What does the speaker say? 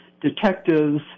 Detectives